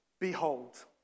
Behold